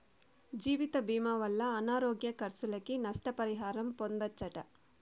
జీవితభీమా వల్ల అనారోగ్య కర్సులకి, నష్ట పరిహారం పొందచ్చట